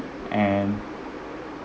and